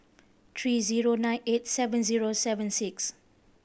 three zero nine eight seven zero seven six